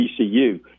ECU